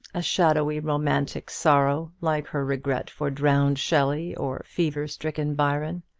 a shadowy romantic sorrow, like her regret for drowned shelley, or fever-stricken byron?